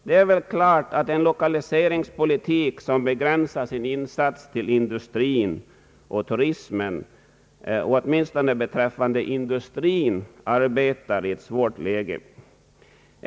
Det torde vara klart att en lokaliseringspolitik som begränsar sin insats till industrin och turismen åtminstone beträffande industrin arbetar i ett svårt läge.